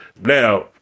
Now